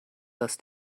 das